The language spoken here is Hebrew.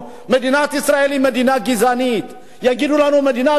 יגידו לנו: מדינת ישראל איננה מכבדת את זכויות האדם,